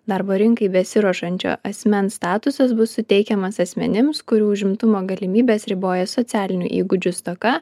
darbo rinkai besiruošiančio asmens statusas bus suteikiamas asmenims kurių užimtumo galimybes riboja socialinių įgūdžių stoka